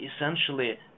essentially